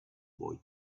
boy